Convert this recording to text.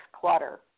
clutter